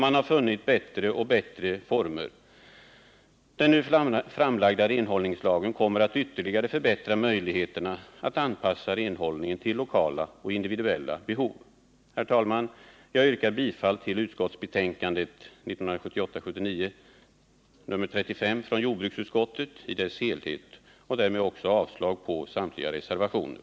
Man har funnit bättre och bättre former. Den nu framlagda renhållningslagen kommer att ytterligare förbättra möjligheterna att anpassa renhållningen till lokala och individuella behov. Herr talman! Jag yrkar bifall till jordbruksutskottets hemställan i dess betänkande 1978/79:35 och därmed också avslag på samtliga reservationer.